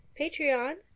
Patreon